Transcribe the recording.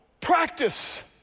practice